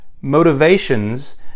motivations